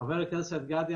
חבר הכנסת גדי,